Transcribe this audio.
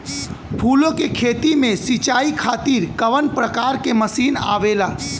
फूलो के खेती में सीचाई खातीर कवन प्रकार के मशीन आवेला?